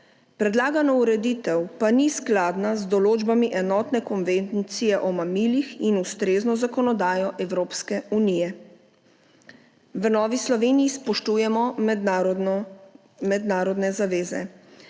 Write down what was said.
predlagana ureditev pa ni skladna z določbami Enotne konvencije o mamilih in ustrezno zakonodajo Evropske unije. V Novi Sloveniji spoštujemo mednarodne zaveze.